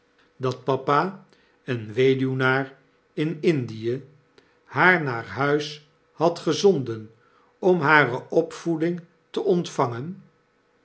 dat papa een weduwnaar in indie haar naar huis had gezonden om hare opvoeding te ontvangen